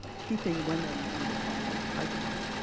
keeping women in the science pipeline,